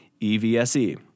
EVSE